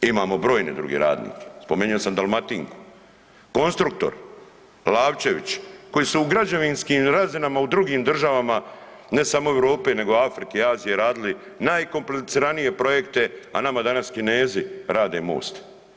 Imamo brojne druge radnike spomenuo sam Dalmatinku, Konstruktor Lavčević koji se u građevinskim razinama u drugim državama ne samo Europe nego Afrike, Azije radili najkompliciranije projekte, a nama danas Kinezi rade most.